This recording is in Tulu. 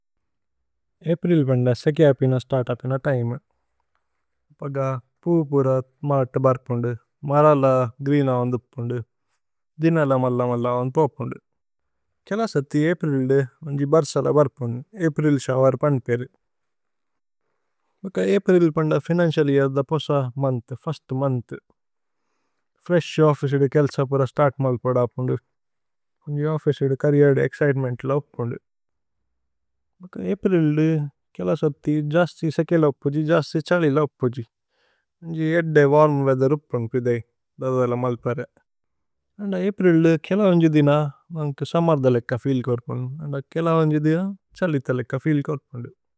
അപ്രില് പന്ദ സേക്കിഅ അപിന സ്തര്ത് അപിന തിമേ। പഗ പൂ പുര മാത് ബര്പുന്ദു മരല ഗ്രീന। വന്ദുപുന്ദു ദിനല മല്ല മല്ല വന്ദു പോപുന്ദു। കേലസതി അപ്രില്ദേ ഉന്ജി ബര്സല ബര്പുന്ദു। അപ്രില് ശോവേര് പന്പേരു പഗ അപ്രില് പന്ദ। ഫിനന്ചിഅല് യേഅര് ദ പോസ month first month. Fresh office ഇദു കേല്സ പുര സ്തര്ത് മാല്। പോദ അപുന്ദു ഉന്ജി ഓഫ്ഫിചേ ഇദു ചരീര് ഇദു। ഏക്സ്ചിതേമേന്ത്ല ഉപുന്ദു പഗ അപ്രില്ദേ കേലസതി। ജസ്തി സേക്കിഅ ലൌപുജി, ജസ്തി ഛലി ലൌപുജി। ഉന്ജി ഏദ്ദേ വര്മ് വേഅഥേര് ഉപുന്ദു പിദേഇ ദോദല। മാല് പരഏ പന്ദ അപ്രില്ദേ കേല ഉന്ജി ദിന। മാന്ഗു സുമ്മേര് ദലേക്ക ഫീല് കോര്പുന്ദു കേല। ഉന്ജി ദിന ഛലി തലേക്ക ഫീല് കോര്പുന്ദു।